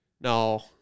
No